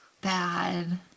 bad